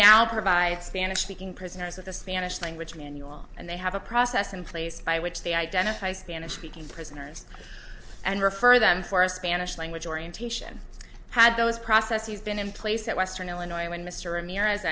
now provide spanish speaking prisoners of the spanish language manual and they have a process in place by which they identify spanish speaking prisoners and refer them for a spanish language orientation had those processes been in place at western illinois when mr